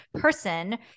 person